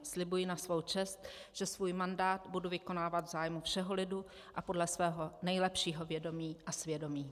Slibuji na svou čest, že svůj mandát budu vykonávat v zájmu všeho lidu a podle svého nejlepšího vědomí a svědomí.